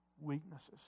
weaknesses